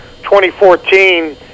2014